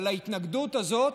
אבל ההתנגדות הזאת